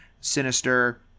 Sinister